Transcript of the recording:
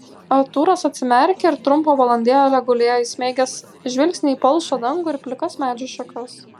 artūras atsimerkė ir trumpą valandėlę gulėjo įsmeigęs žvilgsnį į palšą dangų ir plikas medžių šakas